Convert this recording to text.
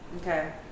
Okay